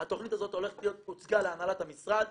התכנית הזאת הוצגה להנהלת המשרד,